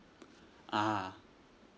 ah